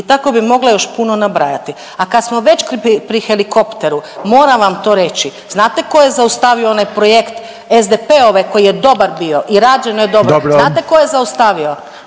I tako bi mogla još puno nabrajati. A kad smo već pri helikopteru moram vam to reći. Znate tko je zaustavio onaj projekt SDP-ove, koji je dobar bio i rađeno je dobro. …/Upadica: